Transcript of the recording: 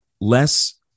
less